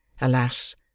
Alas